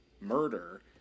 murder